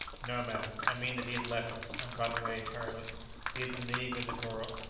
no, madam, i mean that he has left us, and gone away entirely he is in league with negoro.